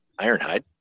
Ironhide